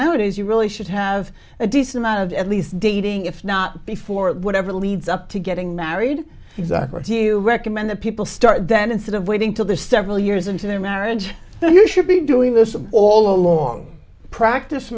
nowadays you really should have a decent amount of at least dating if not before whatever leads up to getting married exactly do you recommend that people start then instead of waiting till they're several years into their marriage so you should be doing this of all along practice